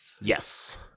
Yes